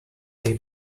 they